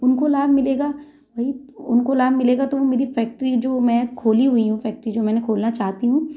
उनको लाभ मिलेगा वहीं उनको लाभ मिलेगा तो वो मेरी फैक्ट्री जो मैं खोली हुई हूँ फैक्ट्री जो मैंने खोलना चाहती हूँ